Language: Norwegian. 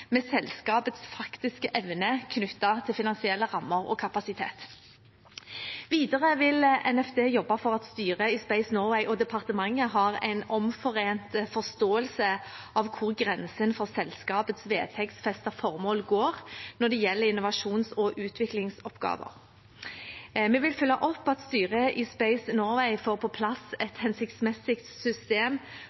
med selskapets faktiske evne knyttet til finansielle rammer og kapasitet. Videre vil NFD jobbe for at styret i Space Norway og departementet har en omforent forståelse av hvor grensen for selskapets vedtektsfestede formål går når det gjelder innovasjons- og utviklingsoppgaver. Vi vil følge opp at styret i Space Norway får på plass et hensiktsmessig system